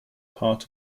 part